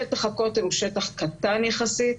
שטח הכותל הוא שטח קטן יחסית.